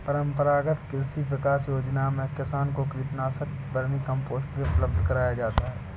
परम्परागत कृषि विकास योजना में किसान को कीटनाशक, वर्मीकम्पोस्ट भी उपलब्ध कराया जाता है